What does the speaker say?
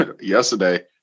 Yesterday